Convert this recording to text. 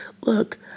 Look